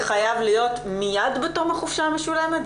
זה חייב להיות מיד בתום החופשה המשולמת?